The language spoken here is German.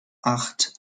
acht